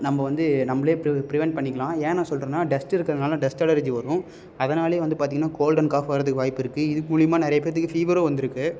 நம்ம வந்து நம்மளே ப்ரிவென்ட் பண்ணிக்கலாம் ஏன் நான் சொல்கிறேன்னா டஸ்ட்டு இருக்குறதுனால டஸ்ட்டு அலர்ஜி வரும் அதனாலேயே வந்து பார்த்திங்கனா கோல்ட் அண்ட் காஃப் வர்றதுக்கு வாய்ப்பு இருக்கு இது மூலியமாக நிறையா பேத்துக்கு ஃபீவரும் வந்திருக்கு